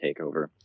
takeover